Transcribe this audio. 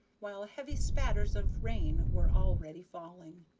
while heavy spatters of rain were already falling.